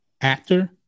actor